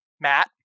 Matt